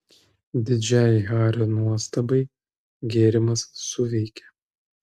didžiai hario nuostabai gėrimas suveikė